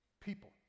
people